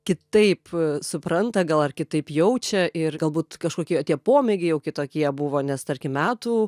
kitaip supranta gal ar kitaip jaučia ir galbūt kažkokie tie pomėgiai jau kitokie buvo nes tarkim metų